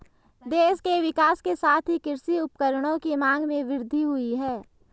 देश के विकास के साथ ही कृषि उपकरणों की मांग में वृद्धि हुयी है